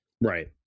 Right